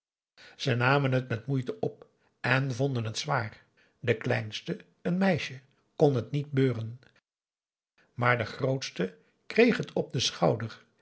ze namen het met moeite op en vonden het zwaar de kleinste n meisje kon t niet beuren maar de grootste kreeg het op den schouder